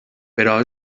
però